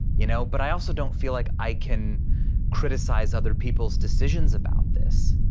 you know but i also don't feel like i can criticize other people's decisions about this.